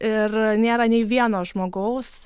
ir nėra nei vieno žmogaus